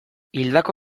hildako